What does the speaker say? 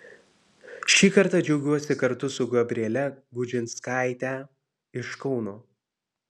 šį kartą džiaugiuosi kartu su gabriele gudžinskaite iš kauno